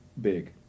Big